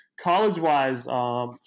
college-wise